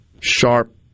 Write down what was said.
sharp